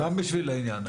סתם בשביל העניין,